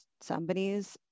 somebody's